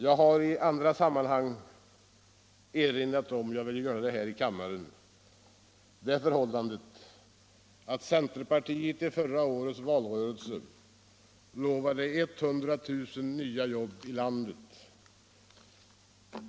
Jag har i andra sammanhang erinrat om det förhå!landet, och jag vill även göra det här i kammaren, att centerpartiet i förra årets valrörelse lovade 100 000 nya jobb i landet.